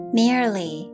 merely